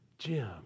Jim